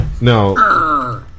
No